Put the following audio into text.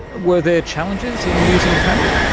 were there challenges in using the fabric?